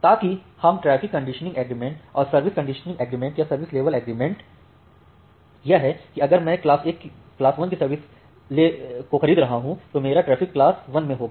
ताकि हम traffic conditioning agreement और सर्विस कंडीशनिंग एग्रीमेंट या सर्विस लेवल एग्रीमेंट यह है कि अगर मैं क्लास 1 की सर्विस लो खरीद रहा हूँ तो मेरा ट्रैफिक क्लास 1 में होगा